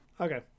Okay